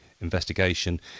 investigation